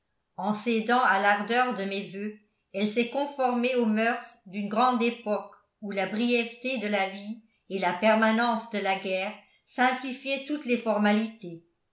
en cédant à l'ardeur de mes voeux elle s'est conformée aux moeurs d'une grande époque où la brièveté de la vie et la permanence de la guerre simplifiaient toutes les formalités